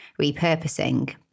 repurposing